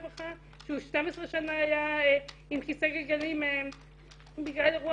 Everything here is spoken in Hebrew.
שהוא 12 שנה היה עם כיסא גלגלים בגלל אירוע